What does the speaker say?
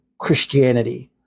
Christianity